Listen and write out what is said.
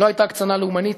לא הייתה הקצנה לאומנית,